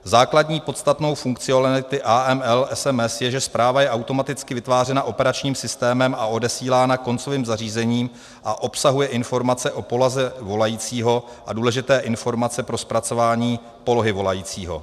Základní podstatnou funkcionality AML SMS je, že zpráva je automaticky vytvářena operačním systémem a odesílána koncovým zařízením a obsahuje informace o poloze volajícího a důležité informace pro zpracování polohy volajícího.